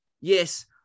yes